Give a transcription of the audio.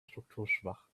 strukturschwach